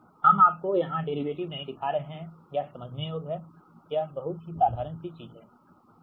हम आपको यहां डेरिवेटिव नहीं दिखा रहे हैं यह समझने योग्य है यह बहुत साधारण सी चीज है